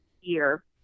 year